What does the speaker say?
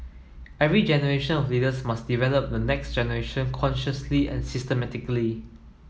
every generation of leaders must develop the next generation consciously and systematically